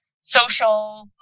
social